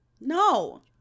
No